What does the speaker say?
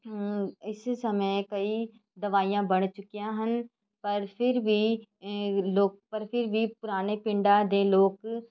ਇਸ ਸਮੇਂ ਕਈ ਦਵਾਈਆਂ ਬਣ ਚੁੱਕੀਆਂ ਹਨ ਪਰ ਫਿਰ ਵੀ ਲੋਕ ਪਰ ਫਿਰ ਵੀ ਪੁਰਾਣੇ ਪਿੰਡਾਂ ਦੇ ਲੋਕ